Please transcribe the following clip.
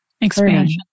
expansion